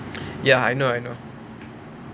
ya I know I know